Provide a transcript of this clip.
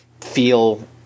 feel